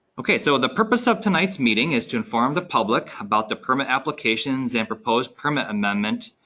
okay, so the purpose of tonight's meeting is to inform the public about the permit applications and proposed permit amendment,